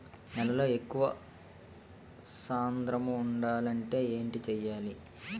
నేలలో ఎక్కువ సాంద్రము వుండాలి అంటే ఏంటి చేయాలి?